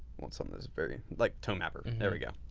want something that is very like tonemapper. there we go.